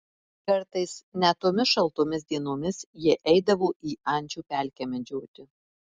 kartais net tomis šaltomis dienomis jie eidavo į ančių pelkę medžioti